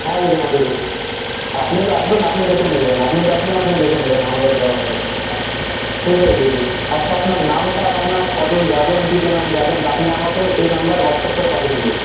হ্যাঁ দিদি হ্যাঁ দিদি আপনি তো আসবেন আপনি দেখে নেবেন আপনি তো আসবেন আপনি দেখে নেবেন আমাদের ব্যবস্থাগুলো ঠিক আছে দিদি আচ্ছা আপনার নামটা আর আপনারা কজন যাবেন কী কী না যাবেন আপনি আমাকে এই নম্বর হোয়াটসঅ্যাপ করে পাঠিয়ে দিন দিদি